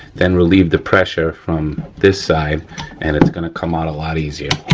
then relieve the pressure from this side and its gonna come out a lot easier.